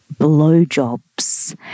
blowjobs